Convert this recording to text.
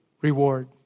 reward